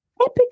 epic